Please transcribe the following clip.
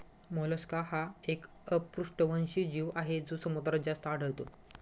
Mollusca हा एक अपृष्ठवंशी जीव आहे जो समुद्रात जास्त आढळतो